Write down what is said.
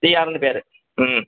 டிஆர்னு பேர் ம்